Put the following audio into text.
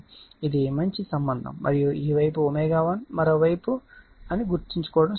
ఇది మంచి సంబంధం మరియు ఈ వైపు ⍵1 మరొక వైపు అని గుర్తుంచుకోవడం సులభం